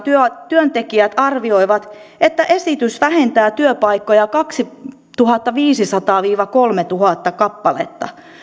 työntekijät arvioivat että esitys vähentää työpaikkoja kaksituhattaviisisataa viiva kolmetuhatta kappaletta